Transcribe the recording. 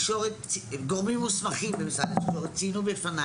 גורמים מוסמכים במשרד התקשורת ציינו בפני